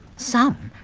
some,